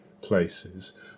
places